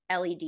LED